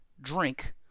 drink